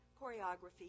choreography